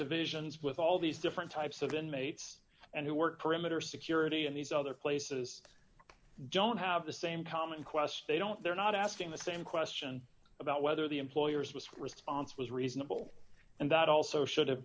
divisions with all these different types of inmates and who work perimeter security in these other places i don't have the same common question don't they're not asking the same question about whether the employers with response was reasonable and that also should have